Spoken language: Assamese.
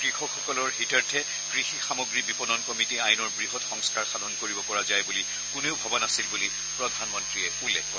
কৃষকসকলৰ হিতাৰ্থে কৃষি সামগ্ৰী বিপণন কমিটী আইনৰ বৃহৎ সংস্থাৰ সাধন কৰিব পৰা যায় বুলি কোনেও ভবা নাছিল বুলি প্ৰধানমন্ত্ৰীয়ে উল্লেখ কৰে